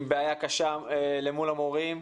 עם בעיה קשה למול המורים,